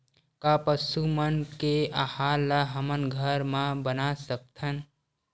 का पशु मन के आहार ला हमन घर मा बना सकथन?